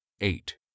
Eight